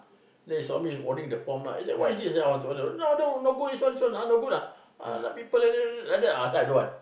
then he saw me holding the form lah he say what is this then he say no good this one this one ah no good ah !alah! people like that like that ah so I don't want